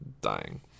dying